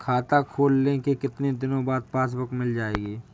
खाता खोलने के कितनी दिनो बाद पासबुक मिल जाएगी?